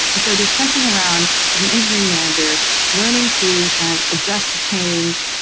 and so there's something around as an engineering manager learning to kind of adjust to change,